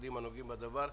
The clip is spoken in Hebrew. למשרדים הנוגעים בדבר לפתוח.